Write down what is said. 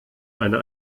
eine